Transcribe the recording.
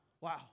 Wow